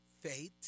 faith